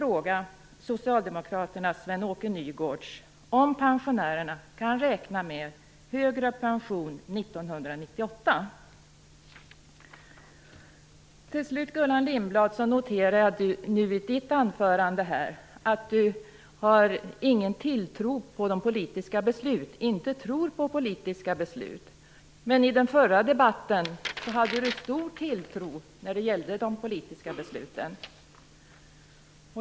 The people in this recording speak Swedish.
Åke Nygårds om pensionärerna kan räkna med högre pension år 1998. Jag noterar att Gullan Lindblad i sitt anförande sade att hon inte tror på politiska beslut. Men i den förra debatten hade hon stor tilltro till de politiska besluten.